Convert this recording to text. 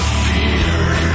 fear